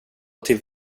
till